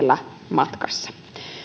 matkassa